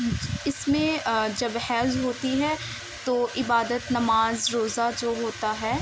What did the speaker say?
اس میں جب حیض ہوتی ہے تو عبادت نماز روزہ جو ہوتا ہے